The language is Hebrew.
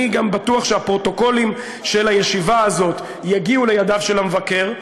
אני גם בטוח שהפרוטוקולים של הישיבה הזאת יגיעו לידיו של המבקר,